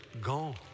gone